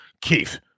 Keith